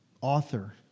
author